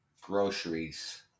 groceries